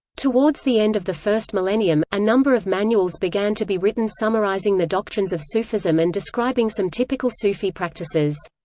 towards the end of the first millennium, a number of manuals began to be written summarizing the doctrines of sufism and describing some typical sufi practices.